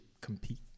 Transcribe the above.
compete